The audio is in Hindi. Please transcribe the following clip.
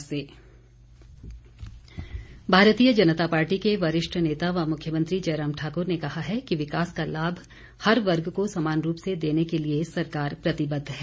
जयराम भारतीय जनता पार्टी के वरिष्ठ नेता व मुख्यमंत्री जयराम ठाक्र ने कहा है कि विकास के लाभ हर वर्ग को समान रूप से देने के लिए सरकार प्रतिबद्ध है